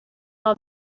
all